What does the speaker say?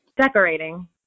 Decorating